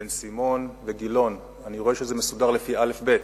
בן-סימון וגילאון, אני רואה שזה מסודר לפי א'-ב'.